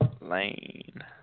Lane